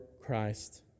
Christ